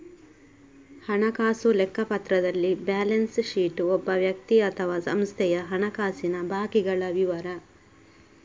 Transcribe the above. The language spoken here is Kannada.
ಹಣಕಾಸು ಲೆಕ್ಕಪತ್ರದಲ್ಲಿ ಬ್ಯಾಲೆನ್ಸ್ ಶೀಟ್ ಒಬ್ಬ ವ್ಯಕ್ತಿ ಅಥವಾ ಸಂಸ್ಥೆಯ ಹಣಕಾಸಿನ ಬಾಕಿಗಳ ವಿವರ